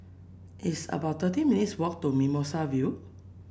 it's about thirty minutes' walk to Mimosa View